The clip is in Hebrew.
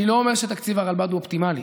אני לא אומר שתקציב הרלב"ד הוא אופטימלי,